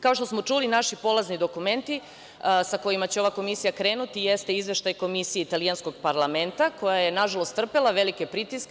Kao što smo čuli, naši polazni dokumenti sa kojima će ova komisija krenuti jeste Izveštaj komisije italijanskog parlamenta koja je nažalost trpela velike pritiske.